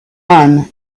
one